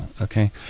okay